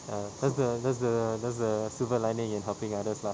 ya that's the that's the that's the silver lining in helping others lah